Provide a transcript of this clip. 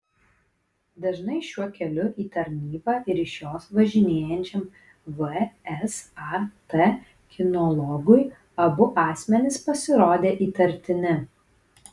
dažnai šiuo keliu į tarnybą ir iš jos važinėjančiam vsat kinologui abu asmenys pasirodė įtartini